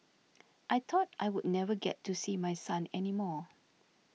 I thought I would never get to see my son any more